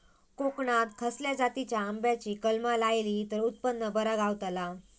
कोकणात खसल्या जातीच्या आंब्याची कलमा लायली तर उत्पन बरा गावताला?